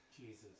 Jesus